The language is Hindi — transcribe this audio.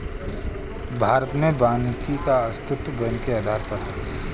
भारत में वानिकी का अस्तित्व वैन के आधार पर है